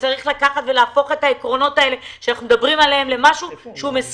צריך לקחת ולהפוך את העקרונות האלה שאנחנו מדברים עליהם למשהו מסודר.